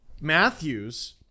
Matthews